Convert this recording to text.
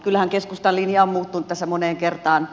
kyllähän keskustan linja on muuttunut tässä moneen kertaan